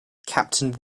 captain